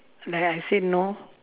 like I said no